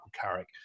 Carrick